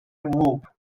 move